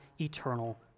eternal